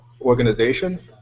organization